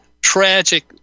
tragic